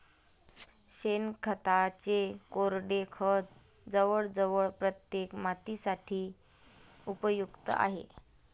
शेणखताचे कोरडे खत जवळजवळ प्रत्येक मातीसाठी उपयुक्त आहे